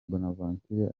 bonaventure